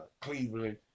Cleveland